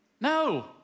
No